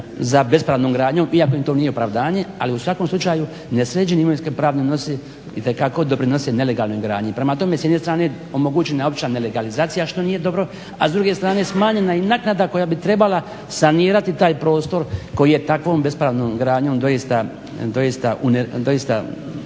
za bespravnom gradnjom, iako im to nije opravdanje, ali u svakom slučaju nesređeni imovinsko pravni odnosi itekako doprinose nelegalnoj gradnji. Prema tome, s jedne strane je omogućena opća nelegalizacija što nije dobro, a s druge strane smanjena je i naknada koja bi trebala sanirati taj prostor koji je takvom bespravnom gradnjom doista